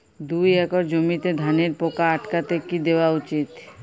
দুই একর জমিতে ধানের পোকা আটকাতে কি দেওয়া উচিৎ?